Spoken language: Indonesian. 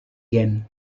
yen